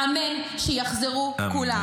אמן שיחזרו כולם.